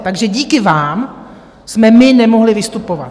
Takže díky vám jsme my nemohli vystupovat.